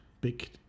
big